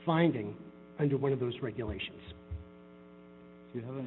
finding under one of those regulations you